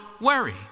worry